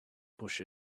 push